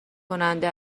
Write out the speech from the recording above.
کننده